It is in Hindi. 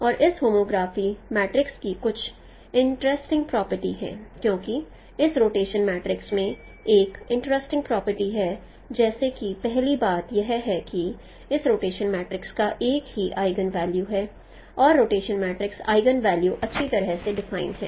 और इस होमोग्राफी मैट्रिक्स की कुछ इंटरेस्टिंग प्रॉपर्टी हैं क्योंकि इस रोटेशन मैट्रिक्स में एक इंटरेस्टिंग प्रॉपर्टी है जैसे कि पहली बात यह है कि इस रोटेशन मैट्रिक्स का एक ही आइगेन वैल्यू है और रोटेशन मैट्रिक्स आइगेन वैल्यू अच्छी तरह से डिफाइन हैं